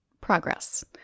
progress